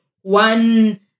one